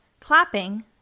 Clapping